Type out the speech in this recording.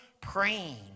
praying